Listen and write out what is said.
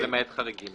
למעט חריגים.